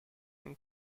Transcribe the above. been